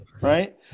Right